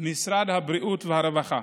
משרד הבריאות ומשרד הרווחה.